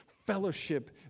Fellowship